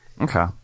Okay